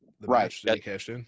Right